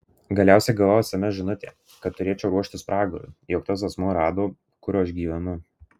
galiausiai gavau sms žinutę kad turėčiau ruoštis pragarui jog tas asmuo rado kur aš gyvenu